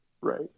right